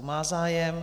Má zájem.